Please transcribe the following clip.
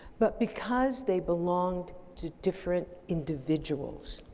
but because they belonged to different individuals.